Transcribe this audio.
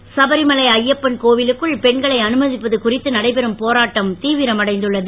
சபரிமலை சபரிமலை ஐயப்பன் கோவிலுக்குள் பெண்களை அனுமதிப்பது குறித்து நடைபெறும் போராட்டம் தீவிரமடைந்துள்ளது